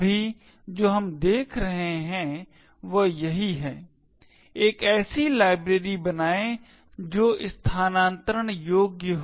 अभी जो हम देख रहे हैं वह यही है एक ऐसी लाइब्रेरी बनाएं जो स्थानान्तरण योग्य हो